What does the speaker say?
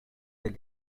del